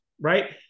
right